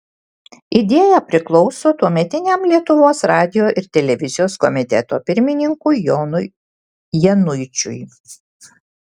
idėja priklauso tuometiniam lietuvos radijo ir televizijos komiteto pirmininkui jonui januičiui